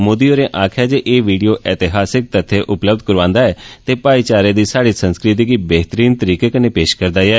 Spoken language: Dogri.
मोदी होरें आक्खेआ जे एह् विडियो एतहासिक तत्य उपलब्ध करोआंदा ऐ ते भाईचारे दी साढ़ी संस्कृति गी बेहतरीन तरीके कन्नै पेश करदा ऐ